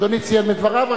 אדוני ציין בדבריו.